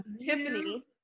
Tiffany